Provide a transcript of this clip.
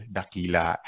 Dakila